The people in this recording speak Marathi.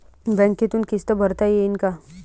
बँकेतून किस्त भरता येईन का?